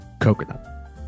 coconut